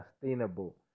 sustainable